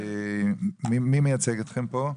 בבקשה.